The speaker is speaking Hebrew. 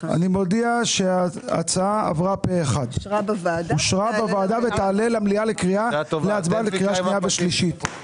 הצבעה ההצעה אושרה בוועדה ותעלה למליאה להצבעה בקריאה שנייה ושלישית.